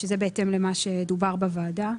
שזה בהתאם למה שדובר בוועדה.